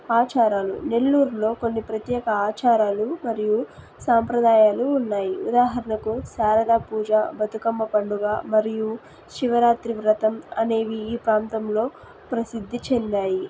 ఆచారాలు నెల్లూరులో కొన్ని ప్రత్యేక ఆచారాలు మరియు సాంప్రదాయాలు ఉన్నాయి ఉదాహరణకు శారదా పూజ బతుకమ్మ పండుగ మరియు శివరాత్రి వ్రతం అనేవి ఈ ప్రాంతంలో ప్రసిద్ధి చెందాయి